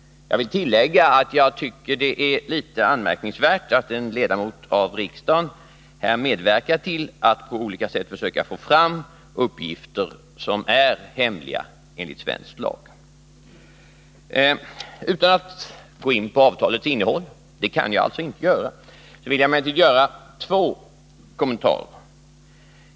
Jag vill tillägga att jag tycker det är litet anmärkningsvärt att en ledamot av riksdagen medverkar till att på olika sätt försöka få fram uppgifter som är hemliga enligt svensk lag. Utan att gå in på avtalets innehåll — det kan jag alltså inte göra — vill jag emellertid göra två kommentarer.